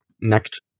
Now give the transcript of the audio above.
Next